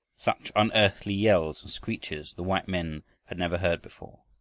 such unearthly yells and screeches the white men had never heard before.